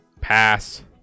pass